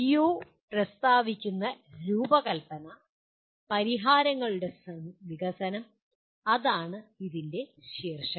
PO3 പ്രസ്താവിക്കുന്ന രൂപകൽപ്പന പരിഹാരങ്ങളുടെ വികസനം അതാണ് ഇതിൻ്റെ ശീർഷകം